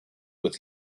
with